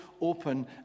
open